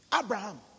Abraham